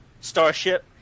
starship